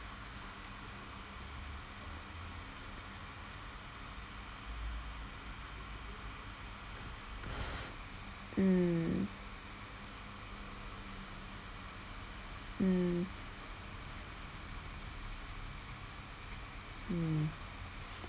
mm mm mm